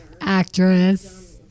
actress